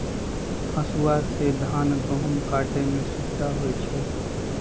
हसुआ से धान गहुम काटे में सुविधा होई छै